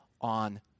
on